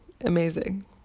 amazing